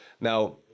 Now